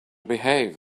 behave